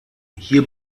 hier